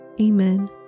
Amen